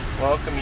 welcome